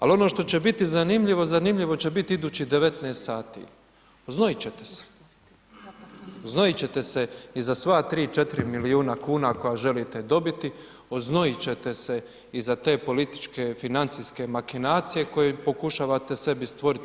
Ali ono što će biti zanimljivo, zanimljivo će biti idućih 19 sati, znojiti ćete se i za sva 3, 4 milijuna kuna koja želite dobiti, oznojiti ćete se iza te političke financijske makinacije koju pokušavate sebi stvoriti.